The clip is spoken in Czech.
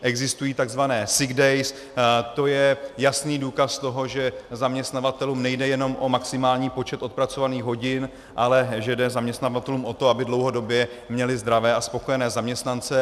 Existují tzv. sick days, to je jasný důkaz toho, že zaměstnavatelům nejde jenom o maximální počet odpracovaných hodin, ale že jde zaměstnavatelům o to, aby dlouhodobě měli zdravé a spokojené zaměstnance.